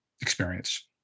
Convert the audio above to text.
experience